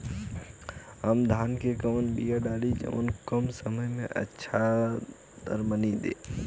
हम धान क कवन बिया डाली जवन कम समय में अच्छा दरमनी दे?